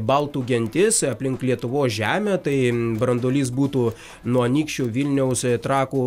baltų gentis aplink lietuvos žemę tai branduolys būtų nuo anykščių vilniaus trakų